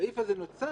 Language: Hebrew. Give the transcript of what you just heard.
הזעיף הזה נוצר